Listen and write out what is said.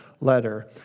letter